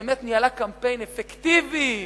באמת ניהלה קמפיין אפקטיבי,